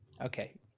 Okay